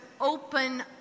open